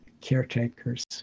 caretakers